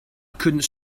couldn’t